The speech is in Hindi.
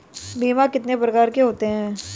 बीमा कितने प्रकार के होते हैं?